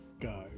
go